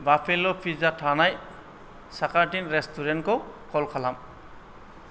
बाफेल' pizza थानाय साखाथिन रेस्टुरेन्टखौ कल खालाम